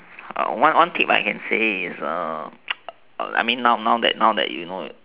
one tip I can say is I mean now that now that you know